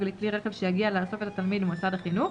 לכלי רכב שיגיע לאסוף את התלמיד ממוסד החינוך,